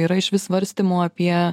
yra išvis svarstymų apie